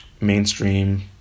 mainstream